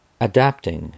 Adapting